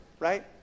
right